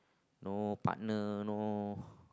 no partner no